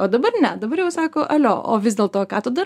o dabar ne dabar jau sako alio o vis dėlto ką tu dar